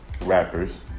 rappers